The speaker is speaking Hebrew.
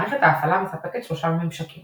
מערכת ההפעלה מספקת שלושה ממשקים